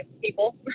people